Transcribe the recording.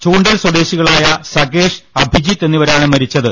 ചൂണ്ടൽ സ്വദേശികളായ സകേഷ് അഭിജിത്ത് എന്നിവരാണ് മരിച്ചത്